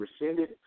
rescinded